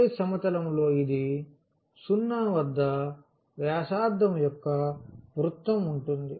xy సమతలం లో ఇది 0 వద్ద వ్యాసార్థం యొక్క వృత్తం ఉంటుంది